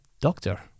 doctor